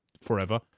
Forever